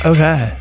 Okay